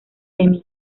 emmy